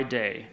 day